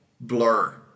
blur